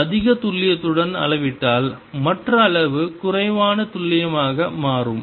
அதிக துல்லியத்துடன் அளவிட்டால் மற்ற அளவு குறைவான துல்லியமாக மாறும்